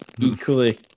equally